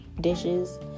dishes